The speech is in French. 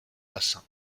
bassin